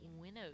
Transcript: winnowed